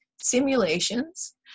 simulations